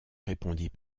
répondit